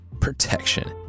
Protection